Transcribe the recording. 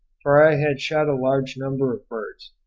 for i had shot a large number of birds,